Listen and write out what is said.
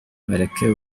bareke